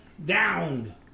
Down